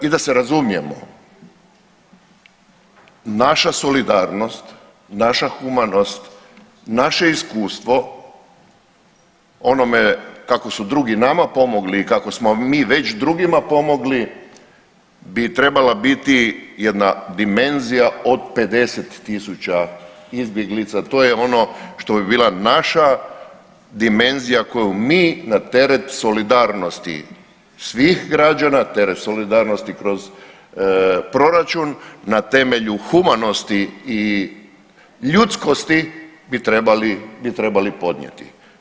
I da se razumijemo, naša solidarnost, naša humanost, naše iskustvo onome kako su drugi nama pomogli i kako smo mi već drugima pomogli bi trebala biti jedna dimenzija od 50.000 izbjeglica to je ono što bi bila naša dimenzija koju mi na teret solidarnosti svih građana, teret solidarnosti kroz proračun, na temelju humanosti i ljudskosti bi trebali podnijeti.